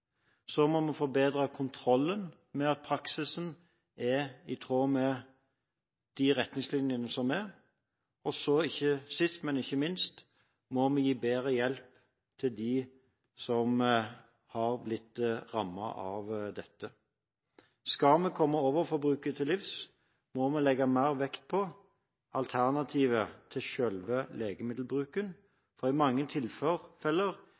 forbedre kontrollen med at praksisen er i tråd med de retningslinjene som er. Sist, men ikke minst, må vi gi bedre hjelp til dem som har blitt rammet av dette. Skal vi komme overforbruket til livs, må vi legge mer vekt på alternativer til